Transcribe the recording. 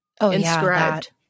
inscribed